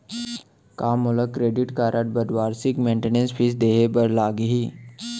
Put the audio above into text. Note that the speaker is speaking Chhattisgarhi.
का मोला क्रेडिट कारड बर वार्षिक मेंटेनेंस फीस देहे बर लागही?